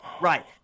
Right